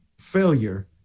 failure